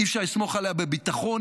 אי-אפשר לסמוך עליה בביטחון,